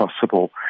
possible